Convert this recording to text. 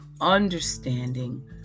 understanding